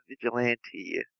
vigilante